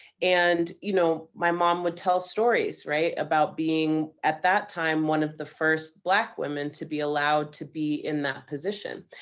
and, you know, my mom would tell stories, right, about being, at that time, one of the first black women to be allowed to be in that position.